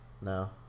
No